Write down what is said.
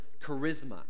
charisma